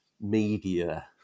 media